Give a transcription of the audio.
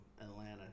Atlanta